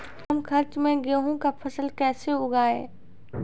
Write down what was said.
कम खर्च मे गेहूँ का फसल कैसे उगाएं?